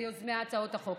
ליוזמי הצעות החוק.